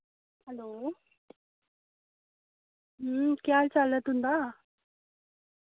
hello केह् हाल चाल ऐ तुंदा